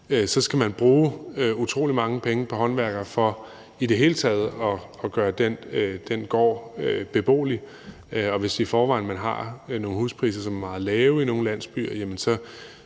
så skal man bruge utrolig mange penge på håndværkere for i det hele taget at gøre den gård beboelig. Og hvis man i forvejen har nogle huspriser, som er meget lave i nogle landsbyer,